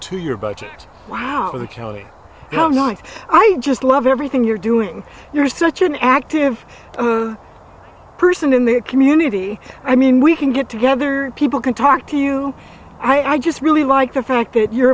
two year budget wow for the county how much i just love everything you're doing you're such an active person in the community i mean we can get together people can talk to you i just really like the fact that you're